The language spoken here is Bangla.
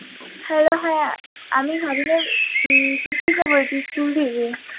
হ্যালো হ্যাঁ আমি হাবুলের শিক্ষিকা বলছি ফুল দিদি